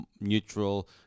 neutral